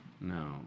No